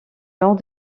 nord